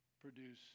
produce